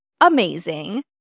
amazing